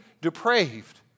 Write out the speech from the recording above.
depraved